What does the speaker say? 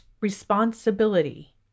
responsibility